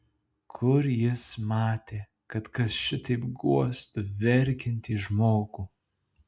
kur jis matė kad kas šitaip guostų verkiantį žmogų